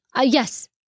Yes